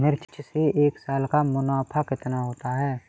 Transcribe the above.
मिर्च से एक साल का मुनाफा कितना होता है?